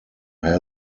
had